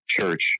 church –